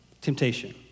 temptation